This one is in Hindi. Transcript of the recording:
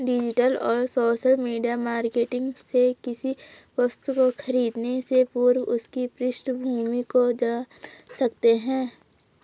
डिजिटल और सोशल मीडिया मार्केटिंग से किसी वस्तु को खरीदने से पूर्व उसकी पृष्ठभूमि को जान सकते है